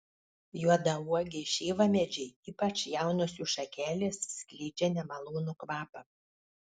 juodauogiai šeivamedžiai ypač jaunos jų šakelės skleidžia nemalonų kvapą